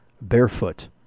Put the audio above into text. barefoot